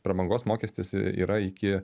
prabangos mokestis yra iki